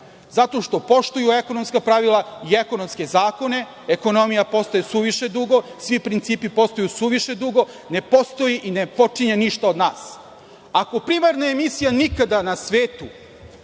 zato što poštuju ekonomska pravila i ekonomske zakone. Ekonomija postaje suviše dugo, svi principi postaju suviše dugo. Ne postoji i ne počinje ništa od nas. Ako primarna emisija nikada na svetu,